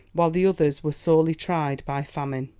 while the others were sorely tried by famine.